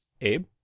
Abe